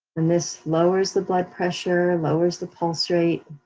and this lowers the blood pressure, lowers the pulse rate.